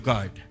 God